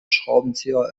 schraubenzieher